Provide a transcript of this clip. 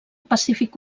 pacífic